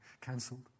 cancelled